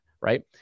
Right